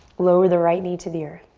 lower the right knee to the earth.